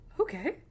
okay